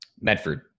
Medford